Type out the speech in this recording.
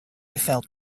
felt